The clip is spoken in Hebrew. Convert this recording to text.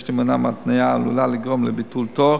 להימנע מהתניה העלולה לגרום לביטול תור